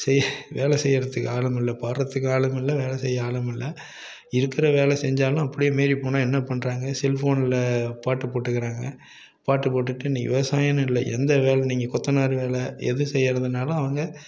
செய் வேலை செய்கிறதுக்கு ஆளுமில்லை பாடுறதுக்கும் ஆளுமில்லை வேலை செய்ய ஆளுமில்லை இருக்கிற வேலை செஞ்சாலும் அப்படியே மீறிப்போனால் என்ன பண்ணுறாங்க செல்ஃபோனில் பாட்டு போட்டுக்கிறாங்க பாட்டு போட்டுட்டு இன்றைக்கி விவசாயம்னு இல்லை எந்த வேலை நீங்கள் கொத்தனார் வேலை எது செய்கிறதுனாலும் அவங்க